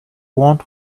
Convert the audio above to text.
want